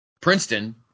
Princeton